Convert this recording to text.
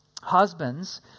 Husbands